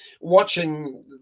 watching